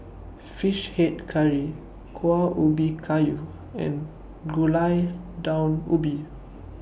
Fish Head Curry Kueh Ubi Kayu and Gulai Daun Ubi